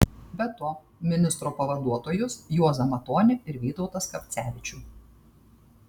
be to ministro pavaduotojus juozą matonį ir vytautą skapcevičių